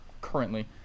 currently